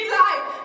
life